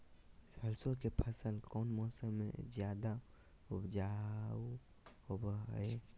सरसों के फसल कौन मौसम में ज्यादा उपजाऊ होबो हय?